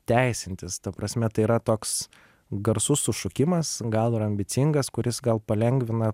teisintis ta prasme tai yra toks garsus sušukimas gal ir ambicingas kuris gal palengvina